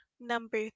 Number